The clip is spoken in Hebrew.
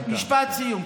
משפט סיום.